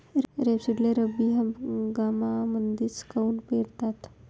रेपसीडले रब्बी हंगामामंदीच काऊन पेरतात?